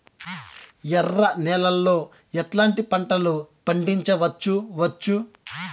ఎర్ర నేలలో ఎట్లాంటి పంట లు పండించవచ్చు వచ్చు?